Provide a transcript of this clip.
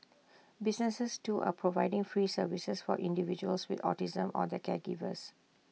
businesses too are providing free services for individuals with autism or their caregivers